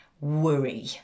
worry